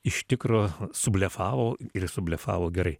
iš tikro su blefavo ir su blefavo gerai